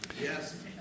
Yes